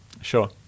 Sure